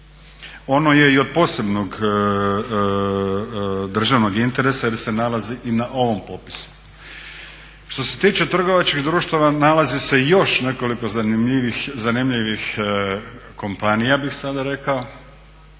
Ono je i od posebnog državnog interesa jer se nalazi i na ovom popisu. Što se tiče trgovačkih društava nalazi se još nekoliko zanimljivih kompanija ja bih sada rekao